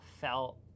felt